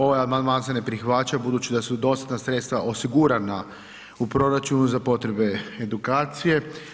Ovaj amandman se ne prihvaća budući da su dostatna sredstva osigurana u proračunu za potrebe edukacije.